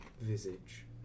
visage